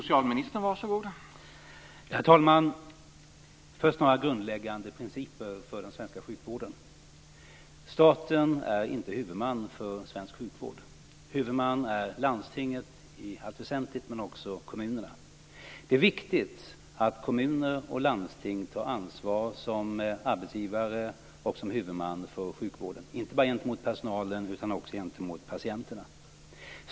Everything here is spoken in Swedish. Herr talman! Först några grundläggande principer för den svenska sjukvården. Staten är inte huvudman för svensk sjukvård. Huvudmän är i allt väsentligt landstingen men också kommunerna. Det är viktigt att kommuner och landsting tar ansvar som arbetsgivare och huvudmän för sjukvården, inte bara gentemot personalen utan också gentemot patienterna.